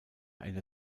eine